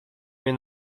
mnie